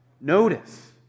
notice